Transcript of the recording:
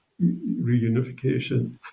reunification